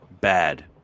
bad